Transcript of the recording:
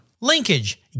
Linkage